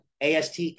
AST